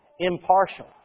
impartial